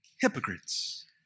hypocrites